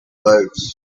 birds